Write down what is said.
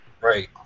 Right